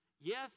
Yes